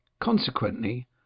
Consequently